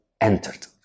entered